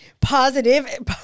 positive